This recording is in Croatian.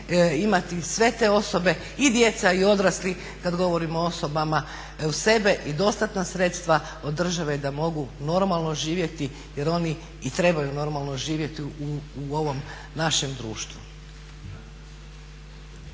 imati sve te osobe i djeca i odrasli kada govorimo o osobama u sebe i dostatna sredstva održiva i da mogu normalno živjeti jer oni i trebaju normalno živjeti u ovom našem društvu.